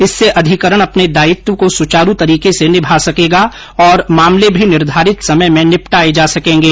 इससे अधिकरण अपने दायित्व को सुचारू तरीके से निभा सकेगा और मामले भी निर्धारित समय में निपटाए जा सकेंगे